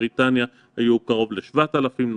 בריטניה היו קרוב ל-,7,000 נוסעים,